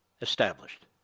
established